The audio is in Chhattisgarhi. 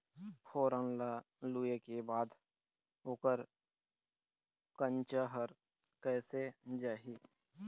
फोरन ला लुए के बाद ओकर कंनचा हर कैसे जाही?